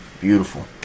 Beautiful